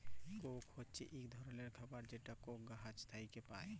Coke হছে ইক ধরলের খাবার যেটা কোক গাহাচ থ্যাইকে পায়